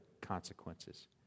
consequences